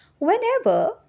Whenever